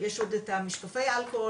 יש עוד את משקפי האלכוהול.